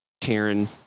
Karen